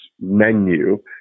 menu